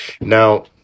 Now